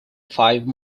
five